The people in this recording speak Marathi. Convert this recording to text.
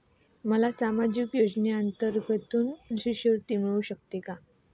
मला सामाजिक योजनेतून शिष्यवृत्ती मिळू शकेल का?